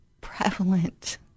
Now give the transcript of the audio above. prevalent